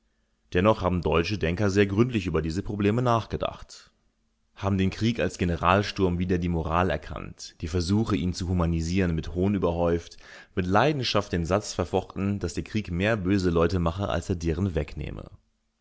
dennoch haben deutsche denker sehr gründlich über diese probleme nachgedacht haben den krieg als generalsturm wider die moral erkannt die versuche ihn zu humanisieren mit hohn überhäuft mit leidenschaft den satz verfochten daß der krieg mehr böse leute mache als er deren wegnehme